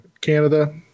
Canada